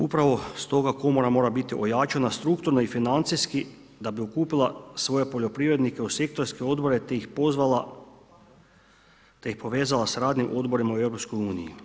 Upravo stoga komora mora biti ojačana strukturno i financijski da bi okupila svoje poljoprivrednike u sektorske odbore te ih povezala sa radnim odborima u EU.